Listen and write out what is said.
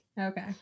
Okay